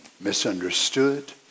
misunderstood